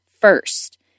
first